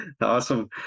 Awesome